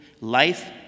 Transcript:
life